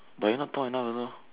but you're not tall enough also